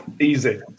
Easy